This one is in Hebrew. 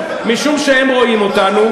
משום שהם רואים אותנו,